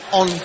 on